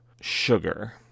sugar